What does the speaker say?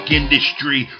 industry